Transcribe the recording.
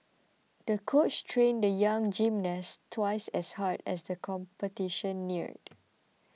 the coach trained the young gymnast twice as hard as the competition neared